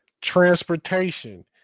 transportation